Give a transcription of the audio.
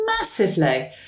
massively